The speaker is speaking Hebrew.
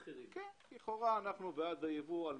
לכאורה אנחנו בעד הייבוא, אנחנו